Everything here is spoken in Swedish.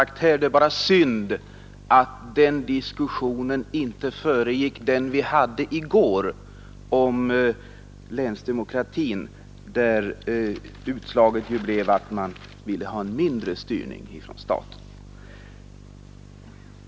Det är bara synd att den diskussionen inte föregick den vi hade i går om länsdemokrati, där utslaget ju blev att man ville ha en mindre styrning från staten.